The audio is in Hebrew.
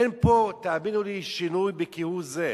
אין פה, תאמינו לי, שינוי כהוא-זה.